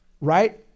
right